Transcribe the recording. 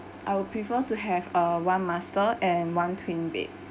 I would prefer to have a one master and one twin bed